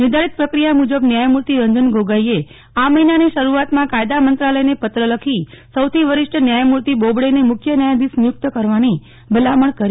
નિર્ધારીત પ્રક્રિયા મુજબ ન્યાયમૂર્તિ રંજન ગોગોઈએ આ મહિનાની શરૂઆતમાં કાયદા મંત્રાલયને પત્ર લખી સૌથી વરીષ્ઠ ન્યાયમૂર્તિ બોબડેને મુખ્ય ન્યાયાધીશ નિયુક્ત કરવાની ભલામણ કરી હતી